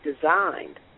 designed